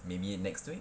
maybe next week